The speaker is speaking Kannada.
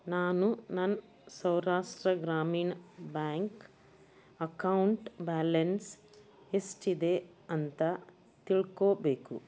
ನಾನು ನನ್ನ Saurashtra Gramin bank account balance ಎಷ್ಟಿದೆ ಅಂತ ತಿಳ್ಕೊಳ್ಬೇಕು